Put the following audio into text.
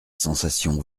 sensation